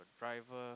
rival